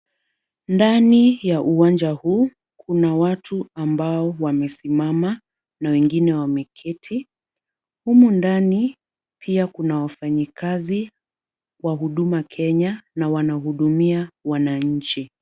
Ndani ya uwanja huu, kuna watu ambao wamesimama na wengine wameketi. Humu ndani pia kuna wafanyikazi wa huduma kenya na wanahudumia wananchi.